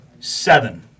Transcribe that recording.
Seven